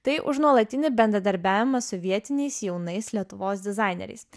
tai už nuolatinį bendradarbiavimą su vietiniais jaunais lietuvos dizaineriais